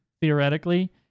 theoretically